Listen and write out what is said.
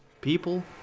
people